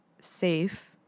safe